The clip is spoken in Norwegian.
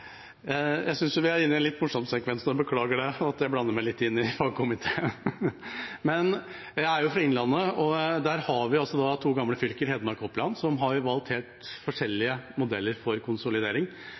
en litt morsom sekvens. Jeg beklager at jeg blander meg litt inn i fagkomiteen, men jeg er jo fra Innlandet, og der har vi to gamle fylker, Hedmark og Oppland, som har valgt helt